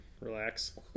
relax